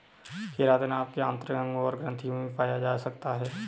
keratin आपके आंतरिक अंगों और ग्रंथियों में भी पाया जा सकता है